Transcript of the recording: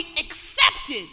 accepted